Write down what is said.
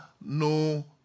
no